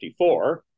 54